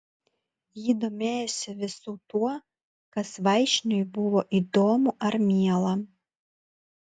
ji domėjosi visu tuo kas vaišniui buvo įdomu ar miela